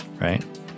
right